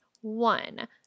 One